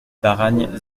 baragne